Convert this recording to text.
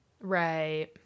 Right